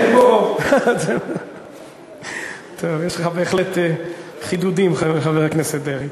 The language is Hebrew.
טוב, יש לך בהחלט חידודים, חבר הכנסת דרעי.